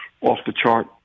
off-the-chart